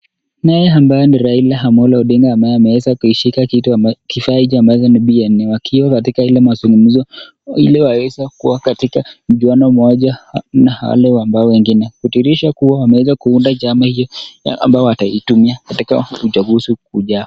Naye ambaye ni Raila Amolo Odinga, ambaye ameweza kukishika kitu kifaa ambacho ni beer , wakiwa katika ile mazungumzo ile waweza kuwa katika mchuano mmoja na wale ambao wengine. Kudhihirisha kuwa wameweza kuunda chama hiyo ambayo wataitumia katika uchaguzi ujao.